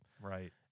right